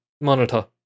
monitor